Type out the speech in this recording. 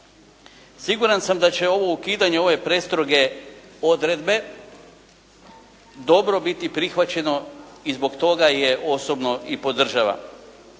Siguran sam da će ovo ukidanje ove prestroge odredbe dobro biti prihvaćeno i zbog toga je osobno i podržavam.